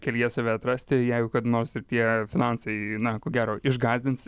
kelyje save atrasti jeigu kada nors ir tie finansai na ko gero išgąsdins